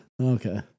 Okay